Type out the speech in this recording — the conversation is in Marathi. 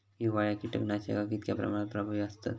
हिवाळ्यात कीटकनाशका कीतक्या प्रमाणात प्रभावी असतत?